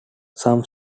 some